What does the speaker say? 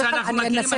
ממה שאנחנו מכירים,